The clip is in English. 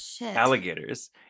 alligators